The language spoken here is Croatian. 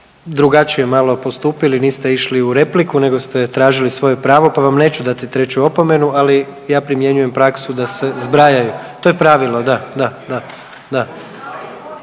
drugačije malo postupili, niste išli u repliku nego ste tražili svoje pravo pa vam neću dati treću opomenu, ali ja primjenjujem praksu da se zbrajaju. To je pravilo. Da, da, da,